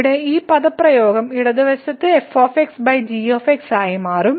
ഇവിടെ ഈ പദപ്രയോഗം ഇടത് വശത്ത് f g ആയി മാറും